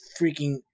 freaking